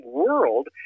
world